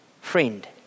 Friend